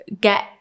get